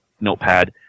Notepad